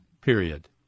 period